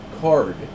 Card